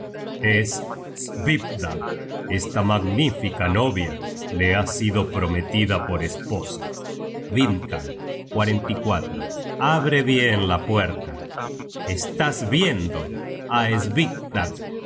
es svipdag esta magnífica novia le ha sido prometida por esposa vindkal abre bien la puerta estás viendo á